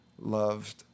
loved